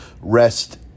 Rest